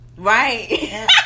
Right